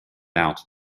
out